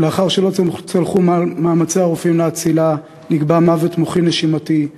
ולאחר שלא צלחו מאמצי הרופאים להצילה נקבע מוות מוחי נשימתי,